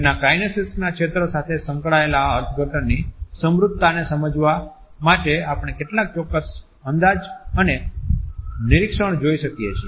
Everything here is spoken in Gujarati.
તેના કાઈનેસીક્સના ક્ષેત્ર સાથે સંકળાયેલા અર્થઘટનની સમૃધ્ધતાને સમજવા માટે આપણે કેટલાક ચોક્ક્સ અંદાજ અને નિરીક્ષણ જોઈ શકીએ છીએ